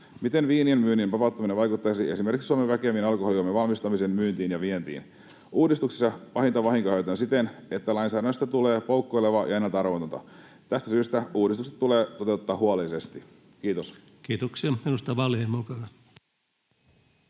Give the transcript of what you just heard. Miten viinien myynnin vapauttaminen vaikuttaisi esimerkiksi Suomen väkevien alkoholijuomien valmistamisen myyntiin ja vientiin? Uudistuksissa pahinta vahinkoa aiheutetaan siten, että lainsäädännöstä tulee poukkoilevaa ja ennalta-arvaamatonta. Tästä syystä uudistukset tulee toteuttaa huolellisesti. — Kiitos. Kiitoksia. — Edustaja Wallinheimo,